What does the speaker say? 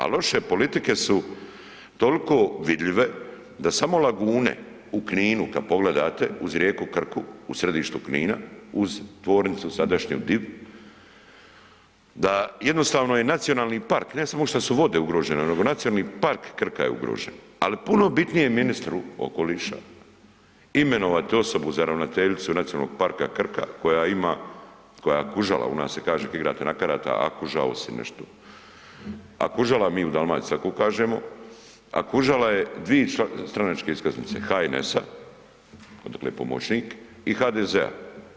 A loše politike su toliko vidljive da samo lagune u Kinu kad pogledate uz rijeku Krku u središtu Kina uz tvornicu sadašnju Div, da jednostavno je nacionalni park, ne samo šta su vode ugrožene nego Nacionalni park Krka je ugrožen, ali puno bitnije je ministru okoliša imenovati osobu za ravnateljicu Nacionalnog parka Krka koja ima, koja je kužala u nas se kaže kad igrate na karata, akužao si nešto, akužala mi u Dalmaciji, tako kažemo, akužala je dvije stranačke iskaznice HNS-a odakle je pomoćnik i HDZ-a.